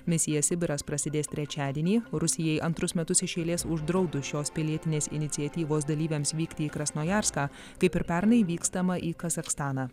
misija sibiras prasidės trečiadienį rusijai antrus metus iš eilės uždraudus šios pilietinės iniciatyvos dalyviams vykti į krasnojarską kaip ir pernai vykstama į kazachstaną